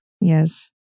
Yes